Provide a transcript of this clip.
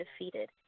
defeated